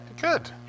Good